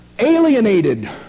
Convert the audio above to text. Alienated